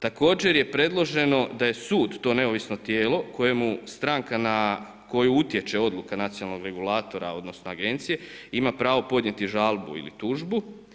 Također je predloženo da je sud to neovisno tijelo kojemu stranka na koju utječe odluka nacionalnog regulatora odnosno agencije, ima pravo podnijeti žalbu ili tužbu.